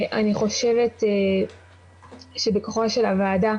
אני חושבת שבכוחה של הוועדה